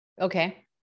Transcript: Okay